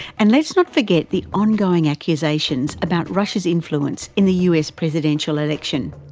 and let's not forget the ongoing accusations about russia's influence in the us presidential election.